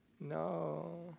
No